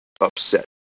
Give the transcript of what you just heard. upset